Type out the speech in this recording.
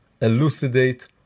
elucidate